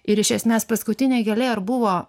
ir iš esmės paskutinė gėlė ir buvo